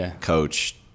coach